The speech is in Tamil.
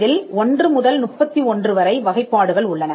இதில் 1 முதல் 31 வரை வகைப்பாடுகள் உள்ளன